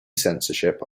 censorship